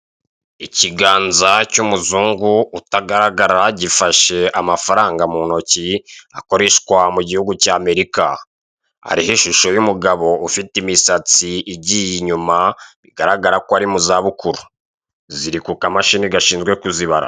Ikiganza cy'umuzungu utagaragara, gifashe amafaranga mu ntoki akoreshwa mu gihugu cya Amerika. Ariho ishusho y'umugabo ufite imisatsi igiye inyuma, bigaragara ko ari mu za bukuru. Ziri ku kamashini gashinzwe kuzibara.